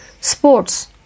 Sports